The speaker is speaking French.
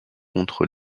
contre